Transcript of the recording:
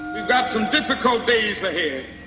got some difficult days ahead.